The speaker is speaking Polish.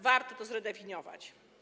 Warto to zredefiniować.